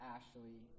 Ashley